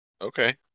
Okay